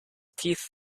teeth